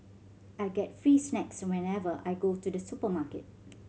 I get free snacks whenever I go to the supermarket